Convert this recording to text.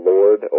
Lord